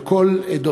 על כל עדותיהם,